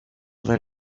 let